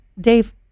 Dave